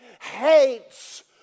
hates